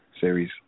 series